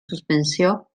suspensió